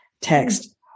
text